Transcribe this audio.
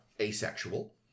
asexual